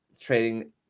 trading